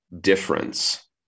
difference